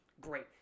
great